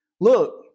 Look